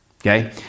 Okay